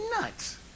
nuts